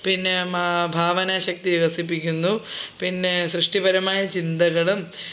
പിന്നേ മാ ഭാവനാശക്തി വികസിപ്പിക്കുന്നു പിന്നെ സൃഷ്ടിപരമായ ചിന്തകളും